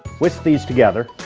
whisk these together,